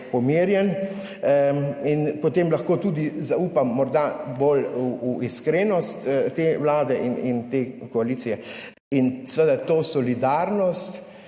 pomirjen, in potem lahko tudi morda zaupam bolj v iskrenost te vlade in te koalicije in seveda to solidarnost,